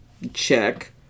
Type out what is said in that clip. check